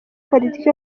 politiki